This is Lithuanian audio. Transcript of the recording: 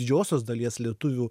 didžiosios dalies lietuvių